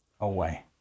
away